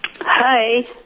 Hi